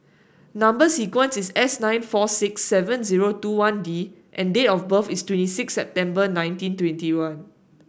number sequence is S nine four six seven zero two one D and date of birth is twenty six September nineteen twenty one